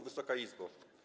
Wysoka Izbo!